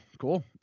cool